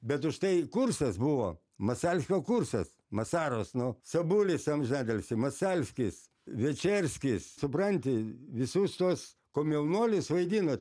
bet užtai kursas buvo masalskio kursas masaros nu sabulis amžinatilsį maselskis večerskis supranti visus tuos komjaunuolis vaidino